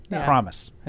promise